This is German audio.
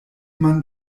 man